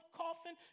coffin